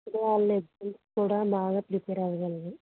అప్పుడు వాళ్ళు ఎగ్జామ్స్కి కూడా బాగా ప్రిపేర్ అవగలరు